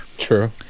true